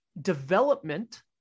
development